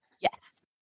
Yes